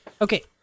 Okay